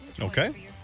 Okay